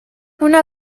una